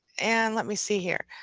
and let me see here.